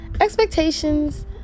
expectations